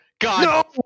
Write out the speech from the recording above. God